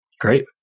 Great